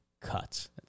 cuts